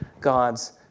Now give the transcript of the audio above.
God's